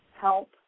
help